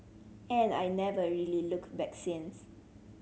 and I never really looked back since